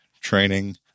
training